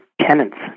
tenants